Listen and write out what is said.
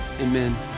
Amen